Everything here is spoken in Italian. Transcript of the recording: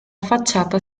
facciata